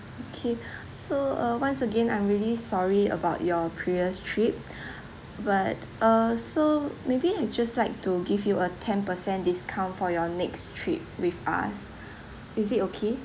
okay so uh once again I'm really sorry about your previous trip but uh so maybe I just like to give you a ten percent discount for your next trip with us is it okay